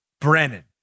Brennan